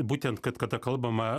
būtent kad kada kalbama